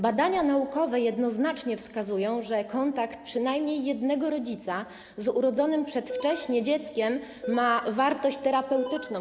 Badania naukowe jednoznacznie wskazują, że kontakt przynajmniej jednego rodzica z urodzonym przedwcześnie dzieckiem ma wartość terapeutyczną.